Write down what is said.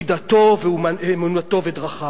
לפי דתו ואמונתו" ודרכיו.